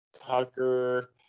Tucker